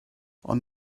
ond